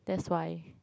that's why